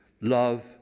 Love